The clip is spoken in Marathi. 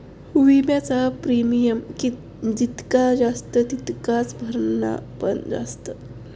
विम्याचा प्रीमियम जितका जास्त तितकाच भरणा पण जास्त